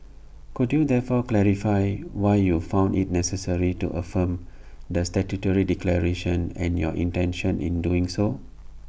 could you therefore clarify why you found IT necessary to affirm the statutory declaration and your intentions in doing so